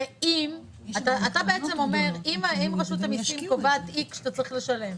אם רשות המיסים קובעת X שאתה צריך לשלם,